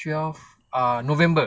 twelve err november